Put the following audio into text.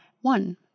one